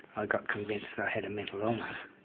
i got convinced that i had a mental illness